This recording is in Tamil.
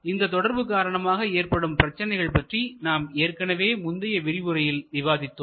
இந்த தொடர்பு காரணமாக ஏற்படும் பிரச்சனைகள் பற்றி நாம் ஏற்கனவே முந்தைய விரிவுரையில் விவாதித்தோம்